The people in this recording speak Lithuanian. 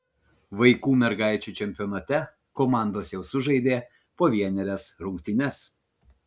vaikų mergaičių čempionate komandos jau sužaidė po vienerias rungtynes